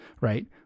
right